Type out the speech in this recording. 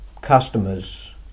customers